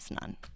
none